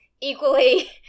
Equally